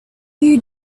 you